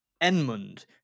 Enmund